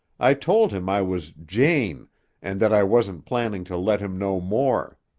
i told him i was jane and that i wasn't planning to let him know more.